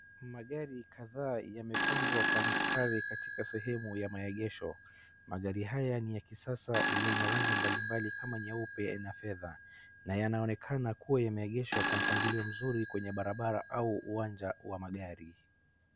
Magari kadhaa yamepangwa kwa mstari katika sehemu ya maegesho. Magari haya ni ya kisasa, yenye rangi mbalimbali kama nyeupe na fedha, na yanaonekana kuwa yameegeshwa kwa mpangilio mzuri kwenye barabara au uwanja wa magari.